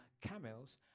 camels